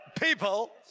people